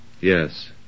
Yes